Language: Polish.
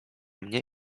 mnie